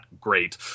great